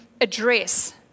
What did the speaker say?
address